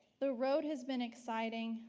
the road has been exciting,